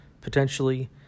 potentially